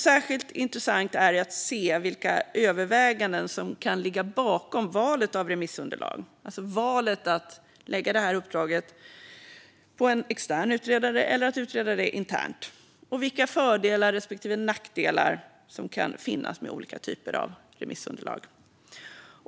Särskilt intressant är att se vilka överväganden som kan ligga bakom valet av remissunderlag, alltså valet mellan att lägga uppdraget på en extern utredare eller att utreda internt, och vilka fördelar respektive nackdelar som kan finnas med dessa olika typer av remissunderlag.